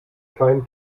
kein